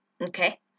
Okay